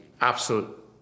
absolute